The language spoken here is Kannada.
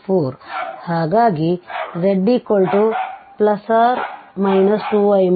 ಆದ್ದರಿಂದ z2 ಇಲ್ಲಿ z 2ಅನ್ನು ಕಾಣಬಹುದು